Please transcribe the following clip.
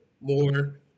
more